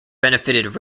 benefited